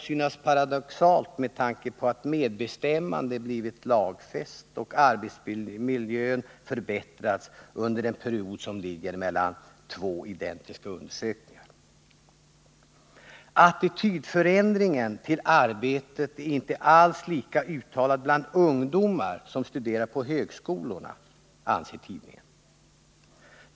Detta kan synas paradoxalt med tanke på att medbestämmandet blivit lagfäst och arbetsmiljön förbättrats under den period som ligger mellan två identiska undersökningar. ”Attitydförändringen till arbetet är inte alls lika uttalad bland ungdomar som studerar på högskolorna”, anser tidningen.